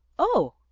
oh!